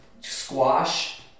squash